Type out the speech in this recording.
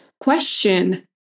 question